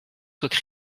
soient